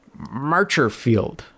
Marcherfield